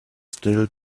still